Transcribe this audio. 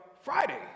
Friday